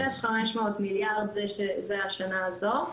1,500 מיליארד זו השנה הזו.